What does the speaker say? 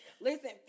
Listen